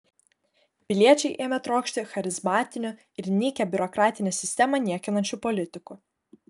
piliečiai ėmė trokšti charizmatinių ir nykią biurokratinę sistemą niekinančių politikų